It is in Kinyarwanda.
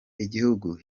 igihugu